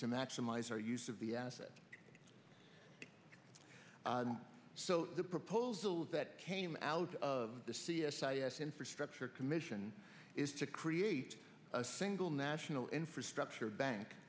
to maximize our use of the asset so the proposals that came out of the c s i s infrastructure commission is to create a single national infrastructure bank